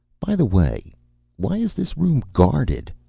by the way why is this room guarded?